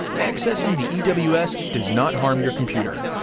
accessing the ews does not harm your computer.